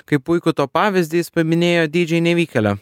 kaip puikų to pavyzdį jis paminėjo dydžiai nevykėlio